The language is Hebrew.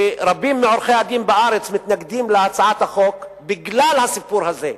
ורבים מעורכי-הדין בארץ מתנגדים להצעת החוק בגלל הסיפור הזה.